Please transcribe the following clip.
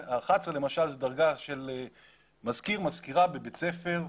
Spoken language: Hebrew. למשל זו דרגה של מזכיר או מזכירה בבית ספר.